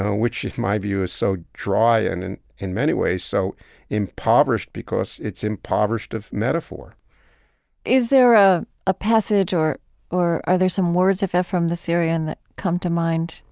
which in my view is so dry and in in many ways so impoverished because it's impoverished of metaphor is there a ah passage or or are there some words of ephrem the syrian that come to mind?